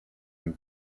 and